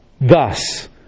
Thus